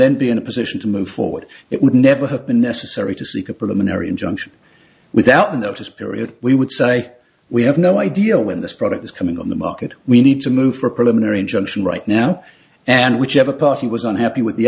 then be in a position to move forward it would never have been necessary to seek a preliminary injunction without a notice period we would say we have no idea when this product is coming on the market we need to move for a preliminary injunction right now and whichever party was unhappy with the